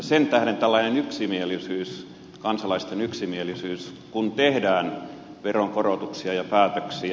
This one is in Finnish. sen tähden tällainen kansalaisten yksimielisyys kun tehdään veronkorotuksia ja päätöksiä